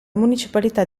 municipalità